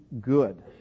good